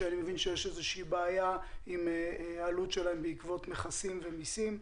שאני מבין שיש איזושהי בעיה עם העלות שלהם בעקבות מכסים ומיסים.